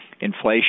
Inflation